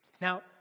Now